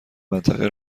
منطقه